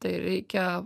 tai reikia